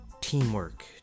teamwork